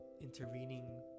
intervening